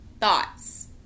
thoughts